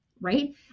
right